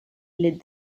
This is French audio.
les